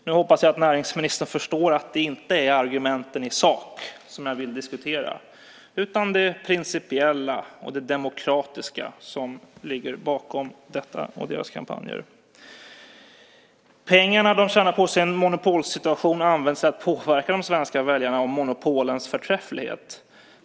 Nu hoppas jag att näringsministern förstår att det inte är argumenten i sak jag vill diskutera utan det principiella och det demokratiska som ligger bakom dessa kampanjer. Pengarna som de här företagen tjänar på sin monopolsituation används till att övertyga de svenska väljarna om monopolens förträfflighet.